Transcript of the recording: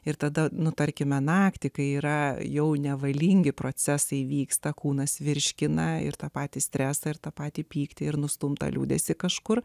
ir tada nutarkime naktį kai yra jau nevalingi procesai vyksta kūnas virškina ir tą patį stresą ir tą patį pyktį ir nustumtą liūdesį kažkur